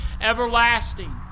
everlasting